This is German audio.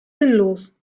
sinnlos